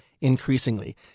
increasingly